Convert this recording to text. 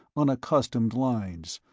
unaccustomed lines,